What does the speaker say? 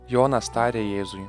jonas tarė jėzui